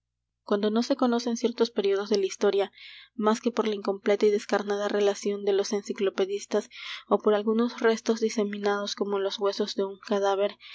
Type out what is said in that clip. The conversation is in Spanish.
cuando no se conocen ciertos períodos de la historia más que por la incompleta y descarnada relación de los enciclopedistas ó por algunos restos diseminados como los huesos de un cadáver